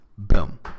Boom